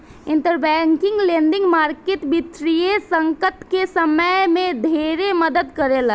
interbank lending market वित्तीय संकट के समय में ढेरे मदद करेला